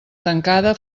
tancada